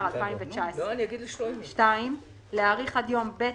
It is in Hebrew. בספטמבר 2019); (2)להאריך עד יום ב'